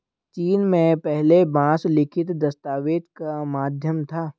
चीन में पहले बांस लिखित दस्तावेज का माध्यम था